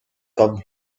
come